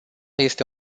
este